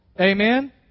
Amen